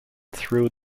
through